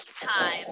time